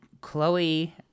Chloe